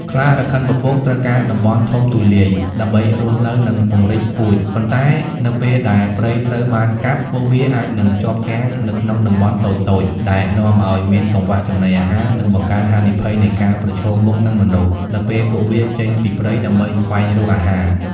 ខ្លារខិនពពកត្រូវការតំបន់ធំទូលាយ ដើម្បីរស់នៅ និងពង្រីកពូជ ប៉ុន្តែនៅពេលដែលព្រៃត្រូវបានកាប់ ពួកវាអាចនឹង ជាប់គាំងនៅក្នុងតំបន់តូចៗ ដែលនាំឲ្យមានកង្វះចំណីអាហារ និងបង្កើនហានិភ័យនៃការ ប្រឈមមុខនឹងមនុស្ស នៅពេលពួកវាចេញពីព្រៃដើម្បីស្វែងរកអាហារ។